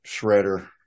shredder